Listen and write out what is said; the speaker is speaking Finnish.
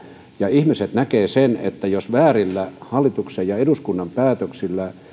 ja ihmiset näkevät sen että väärillä hallituksen ja eduskunnan päätöksillä